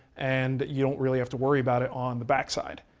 and you don't really have to worry about it on the backside.